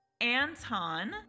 Anton